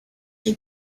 que